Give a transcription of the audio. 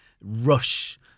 rush